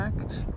Act